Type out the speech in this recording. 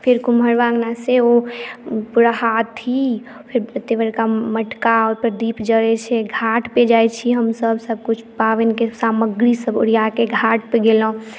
फेर कुम्हरबा अङ्गनासँ ओ पूरा हाथी फेर एतेक बड़का मटका ओहिपर दीप जड़ैत छै घाटपर जाइत छी हमसभ सभकिछु पाबनिके सामग्रीसभ ओरिया कऽ घाटपर गेलहुँ